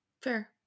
Fair